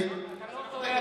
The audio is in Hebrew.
אתה לא טועה,